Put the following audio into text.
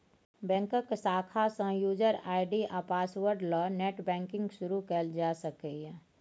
बैंकक शाखा सँ युजर आइ.डी आ पासवर्ड ल नेट बैंकिंग शुरु कयल जा सकैए